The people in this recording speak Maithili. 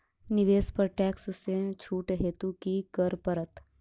निवेश पर टैक्स सँ छुट हेतु की करै पड़त?